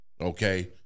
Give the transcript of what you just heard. Okay